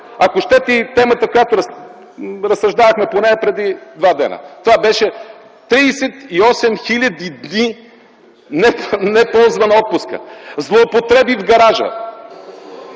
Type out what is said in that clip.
ако щете и темата, по която разсъждавахме поне преди два дни. Това бяха 38 хиляди дни не ползвана отпуска; злоупотреби в гаража